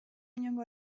inongo